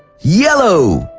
yellow.